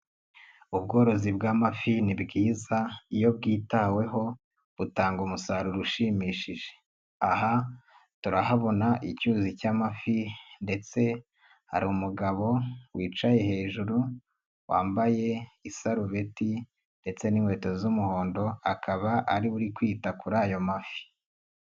Ubworozi bw'amafi ni bwiza iyo bwitaweho butanga umusaruro ushimishije, aha turahabona icyuzi cy'amafi ndetse hari umugabo wicaye hejuru, wambaye isarubeti ndetse n'inkweto z'umuhondo, akaba ari kwita kuri ayo mafi.